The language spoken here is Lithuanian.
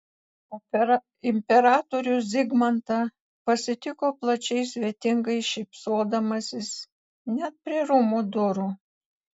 imperatorių zigmantą pasitiko plačiai svetingai šypsodamasis net prie rūmų durų